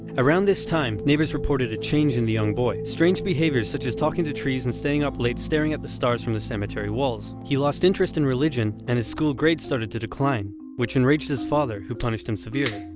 around this time neighbors reported a change in the young boy. strange behaviors such as talking to trees and staying up late staring at the stars from the cemetery walls. he lost interest in religion and his school grades started to decline which enraged his father, who punished him severely.